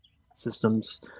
systems